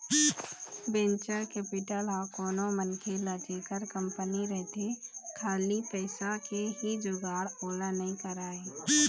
venture capital ह कोनो मनखे ल जेखर कंपनी रहिथे खाली पइसा के ही जुगाड़ ओला नइ कराय